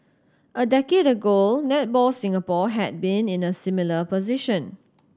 a decade ago Netball Singapore had been in a similar position